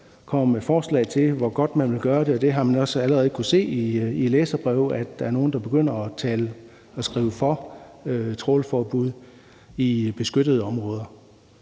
med forslag til, hvor godt man vil gøre det, og vi har også allerede kunnet se i læserbreve, at der er nogle, der begynder at tale for et trawlforbud i beskyttede områder.